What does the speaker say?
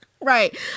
Right